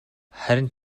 харин